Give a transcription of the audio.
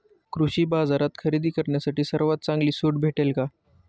कृषी बाजारात खरेदी करण्यासाठी सर्वात चांगली सूट भेटेल का?